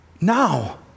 Now